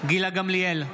גילה גמליאל,